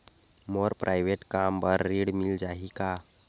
मोर private कम बर ऋण मिल जाही का?